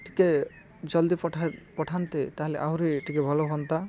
ଟିକେ ଜଲ୍ଦି ପଠା ପଠାନ୍ତେ ତା'ହେଲେ ଆହୁରି ଟିକେ ଭଲ ହୁଅନ୍ତା